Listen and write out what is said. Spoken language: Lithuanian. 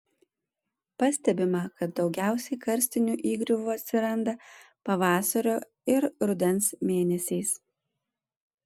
pastebima kad daugiausiai karstinių įgriuvų atsiranda pavasario ir rudens mėnesiais